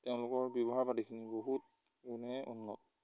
তেওঁলোকৰ ব্যৱহাৰ পাতিখিনি বহুত গোণনে উন্নত